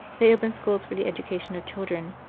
they opened schools for the education of children,